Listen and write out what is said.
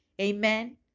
Amen